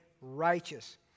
righteous